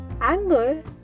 anger